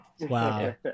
Wow